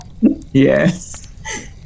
Yes